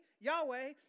Yahweh